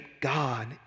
God